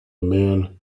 men